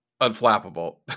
Unflappable